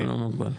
לא מוגבל.